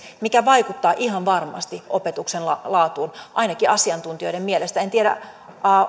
mikä vaikuttaa ihan varmasti opetuksen laatuun ainakin asiantuntijoiden mielestä en tiedä